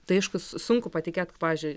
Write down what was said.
tai aiškus sunku patikėt kad pavyzdžiui